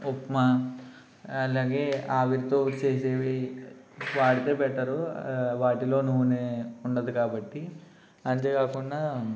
ఉప్మా అలాగే ఆవిరితో చేసేవి వాడితే బెటరు వాటిలో నూనె ఉండదు కాబట్టి అంతేకాకుండా